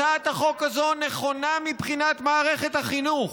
הצעת החוק הזאת נכונה מבחינת מערכת החינוך,